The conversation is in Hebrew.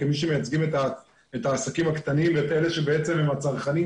כמי שמייצגים את העסקים הקטנים ואת אלה שבעצם הם הצרכנים